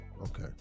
Okay